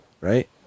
right